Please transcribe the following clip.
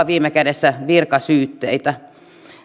viime kädessä jopa virkasyytteitä